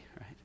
right